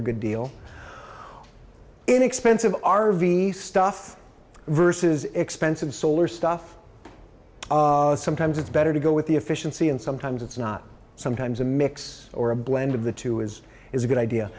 a good deal in expensive r v stuff vs expensive solar stuff sometimes it's better to go with the efficiency and sometimes it's not sometimes a mix or a blend of the two is is a good idea